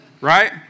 right